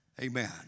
Amen